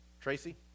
Tracy